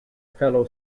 fellow